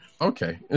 Okay